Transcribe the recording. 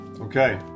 Okay